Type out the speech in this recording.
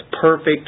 perfect